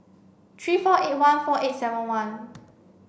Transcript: three four eight one four eight seven one